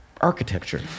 architecture